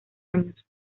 años